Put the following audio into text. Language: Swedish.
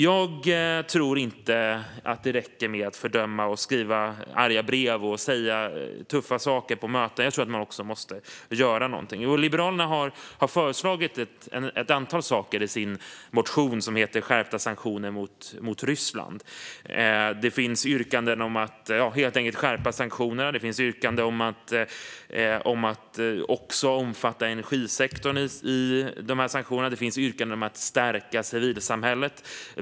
Jag tror inte att det räcker att fördöma, att skriva arga brev och att säga tuffa saker på möten. Jag tror att man också måste göra någonting. Liberalerna har föreslagit ett antal saker i sin motion Skärpta sanktioner mot Ryssland. Det finns yrkanden om att helt enkelt skärpa sanktionerna, om att också omfatta energisektorn i sanktionerna och om att stärka civilsamhället.